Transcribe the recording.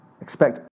expect